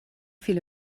viele